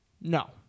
No